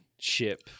Ship